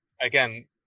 again